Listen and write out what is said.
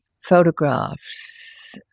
photographs